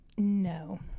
No